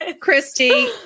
Christy